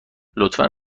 لطفا